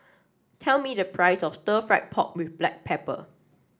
tell me the price of Stir Fried Pork with Black Pepper